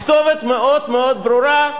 הכתובת מאוד-מאוד ברורה.